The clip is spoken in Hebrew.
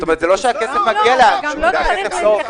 אז התשובה שלי -- הוא גם לא מגיע לעצמאי.